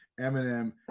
Eminem